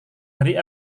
hari